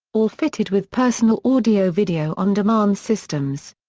all fitted with personal audio video-on-demand systems.